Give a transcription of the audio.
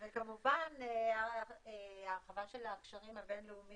בשנה שעברה למשל החלטנו,